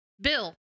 Bill